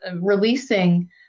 releasing